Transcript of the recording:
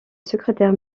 secrétaire